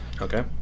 Okay